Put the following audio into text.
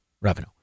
revenue